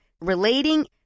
relating